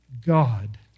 God